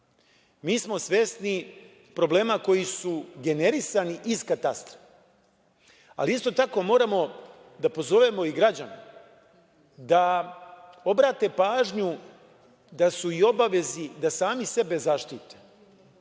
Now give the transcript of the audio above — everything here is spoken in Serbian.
mi smo svesni problema koji su generisani iz katastra, ali isto tako moramo da pozovemo i građane da obrate pažnju da su u obavezi da sami sebe zaštite